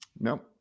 Nope